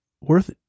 worth